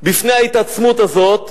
בפני ההתעצמות הזאת,